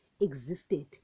existed